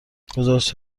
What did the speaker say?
گزارش